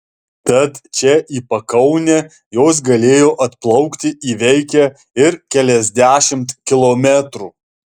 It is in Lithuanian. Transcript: tad čia į pakaunę jos galėjo atplaukti įveikę ir keliasdešimt kilometrų